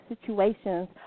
situations